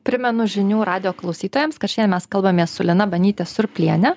primenu žinių radijo klausytojams kad šiandien mes kalbamės su lina banyte surpliene